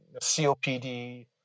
copd